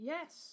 Yes